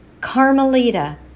Carmelita